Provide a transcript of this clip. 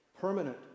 permanent